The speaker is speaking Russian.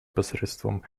посредством